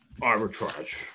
arbitrage